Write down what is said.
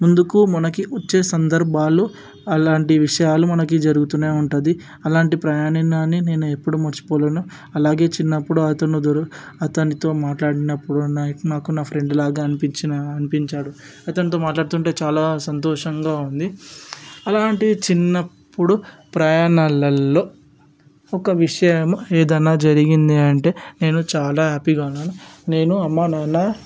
ముందుకు మనకి వచ్చే సందర్భాల్లో అలాంటి విషయాలు మనకి జరుగుతూనే ఉంటుంది అలాంటి ప్రయాణాన్ని నేను ఎప్పుడు మర్చిపోలేను అలాగే చిన్నప్పుడు అతనితో మాట్లాడినప్పుడు నా యొక్క నాకు నా ఫ్రెండ్లాగా అనిపించిన అనిపించాడు అతనితో మాట్లాడుతుంటే చాలా సంతోషంగా ఉంది అలాంటి చిన్నప్పుడు ప్రయాణాలలో ఒక విషయం ఏదైనా జరిగిందీ అంటే నేను చాలా హ్యాపీగా ఉన్నాను నేను అమ్మానాన్న